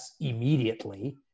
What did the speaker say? immediately